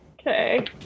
Okay